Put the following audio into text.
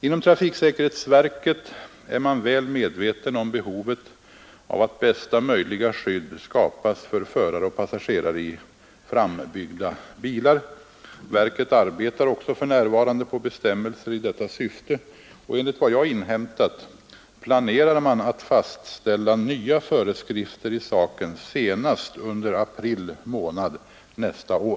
Inom trafiksäkerhetsverket är man väl medveten om behovet av att bästa möjliga skydd skapas för förare och passagerare i frambyggda bilar. Verket arbetar också för närvarande på bestämmelser i detta syfte, och enligt vad jag inhämtat planerar man att fastställa nya föreskrifter i saken senast under april månad nästa år.